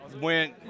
went